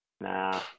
Nah